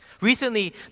Recently